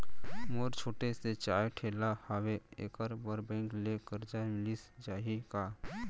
मोर छोटे से चाय ठेला हावे एखर बर बैंक ले करजा मिलिस जाही का?